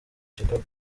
chicago